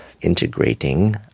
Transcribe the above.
integrating